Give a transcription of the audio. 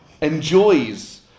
enjoys